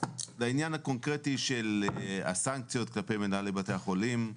לעניין הקונקרטי של הסנקציות כלפי מנהלי בתי החולים,